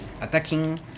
attacking